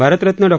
Bharat Ratna Dr